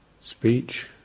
speech